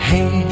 Hey